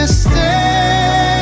stay